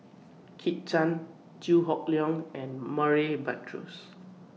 Kit Chan Chew Hock Leong and Murray Buttrose